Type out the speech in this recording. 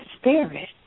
spirit